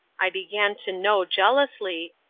i began to know jealously,